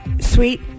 Sweet